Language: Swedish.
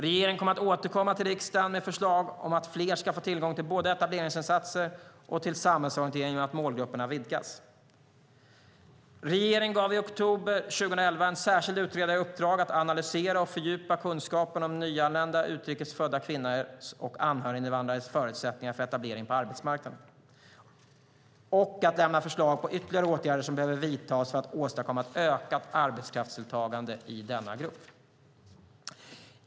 Regeringen kommer att återkomma till riksdagen med förslag om att fler ska få tillgång till både etableringsinsatser och samhällsorientering genom att målgrupperna vidgas. Regeringen gav i oktober 2011 en särskild utredare i uppdrag att analysera och fördjupa kunskapen om nyanlända utrikes födda kvinnors och anhöriginvandrares förutsättningar för etablering på arbetsmarknaden och att lämna förslag på ytterligare åtgärder som behöver vidtas för att åstadkomma ett ökat arbetskraftsdeltagande i denna grupp.